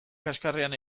kaxkarrean